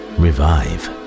revive